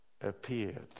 appeared